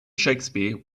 shakespeare